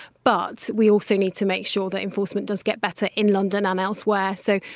but we also need to make sure that enforcement does get better in london and elsewhere. so,